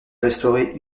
restauré